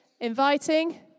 Inviting